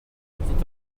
était